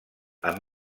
amb